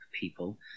people